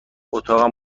اتاقم